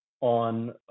on